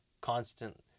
constant